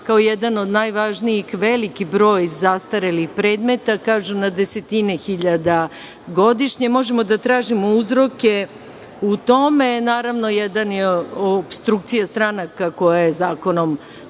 kao jedan od najvažnijih, veliki broj zastarelih predmeta, kažu na desetine hiljada godišnje. Možemo da tražimo uzroke u tome. Naravno, jedan je opstrukcija stranaka koja je zakonom